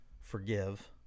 forgive